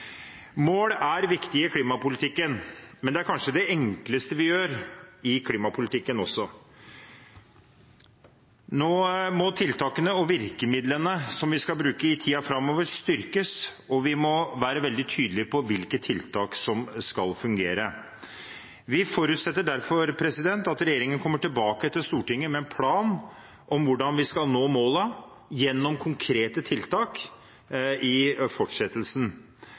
Mål er viktige i klimapolitikken, men det er kanskje det enkleste i klimapolitikken også. Nå må tiltakene og virkemidlene som vi skal bruke i tiden framover, styrkes, og vi må være veldig tydelige på hvilke tiltak som skal fungere. Vi forutsetter derfor at regjeringen kommer tilbake til Stortinget med en plan for hvordan vi skal nå målene, gjennom konkrete tiltak i fortsettelsen.